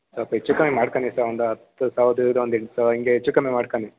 ಸ್ವಲ್ಪ ಹೆಚ್ಚು ಕಮ್ಮಿ ಮಾಡ್ಕಣಿ ಸರ್ ಒಂದು ಹತ್ತು ಸಾವಿರದ ಇಂದ ಒಂದು ಎಂಟು ಸಾವಿರ ಹಿಂಗೆ ಹೆಚ್ಚು ಕಮ್ಮಿ ಮಾಡ್ಕಣಿ